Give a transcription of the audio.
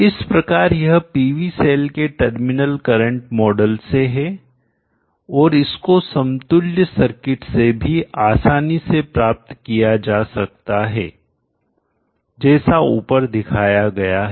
इस प्रकार यह PV सेल के टर्मिनल करंट मॉडल से है और इसको समतुल्य सर्किट से भी आसानी से प्राप्त किया जा सकता है जैसा ऊपर दिखाया गया है